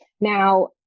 Now